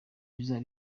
bizaba